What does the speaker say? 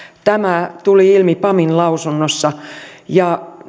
tämä tuli ilmi pamin lausunnossa ja